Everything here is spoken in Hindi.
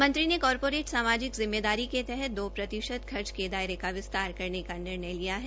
मंत्री ने कारपोरेट सामाजिक जिम्मेदारी के तहत दो प्रतिशत खर्च के दायरा का विस्तार करने का निर्णय लिया है